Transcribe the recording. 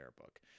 book